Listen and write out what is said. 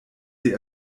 sie